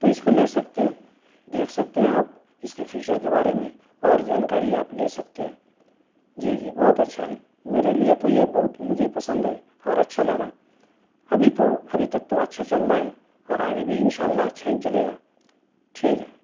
تو اس کو لے سکتے ہیں دیکھ سکتے ہیں آپ اس کے فیچر کے بارے میں اور جانکاری آپ لے سکتے ہیں جی جی بہت اچھا ہے میرے لئے تو یہ بہت مجھے پسند ہے اور اچھا لگا ابھی تو ابھی تک تو اچھا چل رہا ہے اور آگے بھی ان شاء اللہ اچھا ہی چلے گا ٹھیک ہے